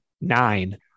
nine